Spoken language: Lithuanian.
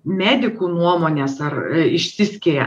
medikų nuomonės ar išsiskiria